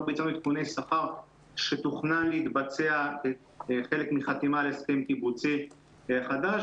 לא ביצענו עדכוני שכר שתוכנן להתבצע כחלק מחתימה על הסכם קיבוצי חדש,